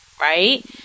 right